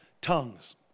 tongues